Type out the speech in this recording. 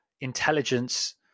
intelligence